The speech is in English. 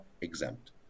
exempt